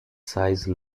size